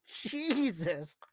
Jesus